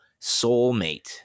soulmate